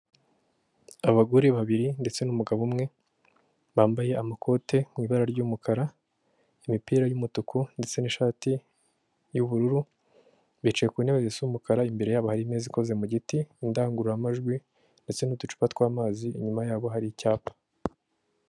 Abagore babiri ndetse n'umugabo umwe, bambaye amakoti mu ibara ry'umukara, imipira y'umutuku ndetse n'ishati y'ubururu, bicaye ku ntebe zisa umukara, imbere yabo hari imeza ikoze mu giti, indangururamajwi ndetse n'uducupa tw'amazi, inyuma yabo hari icyapa.